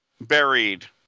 Buried